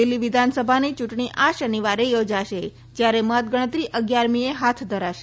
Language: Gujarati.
દિલ્હી વિધાનસભાની ચુંટણી આ શનિવારે યોજાશે જયારે મતગણતરી અગીયારમી એ હાથ ધરાશે